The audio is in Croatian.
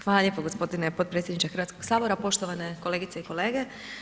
Hvala lijepo gospodine potpredsjedniče Hrvatskoga sabora, poštovane kolegice i kolege.